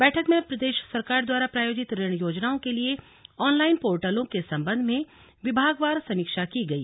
बैठक में प्रदेश सरकार द्वारा प्रायोजित ऋण योजनाओं के लिये ऑनलाइन पोर्टलों के सम्बन्ध में विभागवार समीक्षा की गई